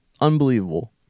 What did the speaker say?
unbelievable